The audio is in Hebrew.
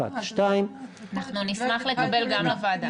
אנחנו נשמח לקבל גם לוועדה.